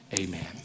amen